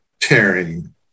tearing